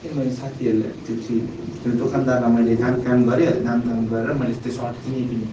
त्यो मैले साथीहरूले त्योपिच्छे जो दोकानदारलाई मैले दामकाम गरेँ दामकाम गरेर मैले त्यो सर्ट किनेँ पनि